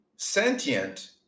Sentient